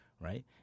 right